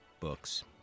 Books